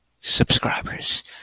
subscribers